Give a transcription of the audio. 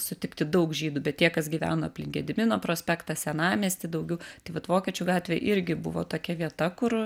sutikti daug žydų bet tie kas gyveno aplink gedimino prospektą senamiestį daugiau tai vat vokiečių gatvė irgi buvo tokia vieta kur